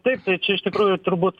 taip tai čia iš tikrųjų turbūt